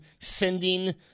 sending –